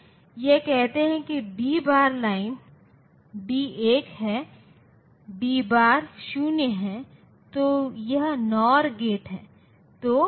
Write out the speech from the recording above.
तो जैसे यह कहते हैं कि D बार लाइन D 1 है D बार 0 है अब यह NOR गेट है